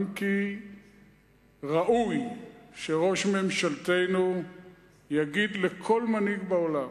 אם כי ראוי שראש ממשלתנו יגיד לכל מנהיג בעולם,